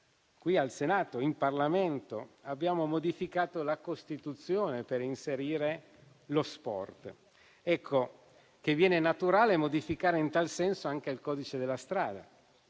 qui in Senato e in Parlamento abbiamo modificato la Costituzione per inserirvi lo sport. Ebbene, viene naturale modificare in tal senso anche il codice della strada,